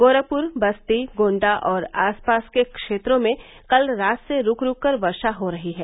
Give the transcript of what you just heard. गोरखपूर बस्ती गोंडा और आसपास के क्षेत्रों में कल रात से रूक रूक कर वर्षा हो रही है